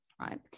Right